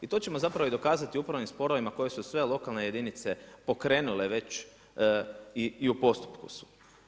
I to ćemo zapravo u dokazati upravnim sporovima koji su sve lokalne jedinice pokrenule već i u postupku su.